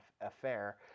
affair